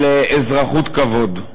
על אזרחות כבוד.